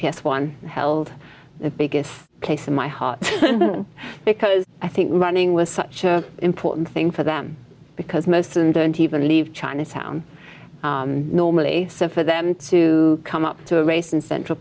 s one held the biggest case in my heart because i think running was such an important thing for them because most of them don't even leave chinatown normally so for them to come up to a race in central